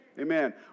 Amen